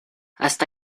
hasta